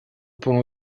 pont